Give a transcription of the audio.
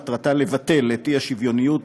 מטרתה לבטל את האי-שוויוניות,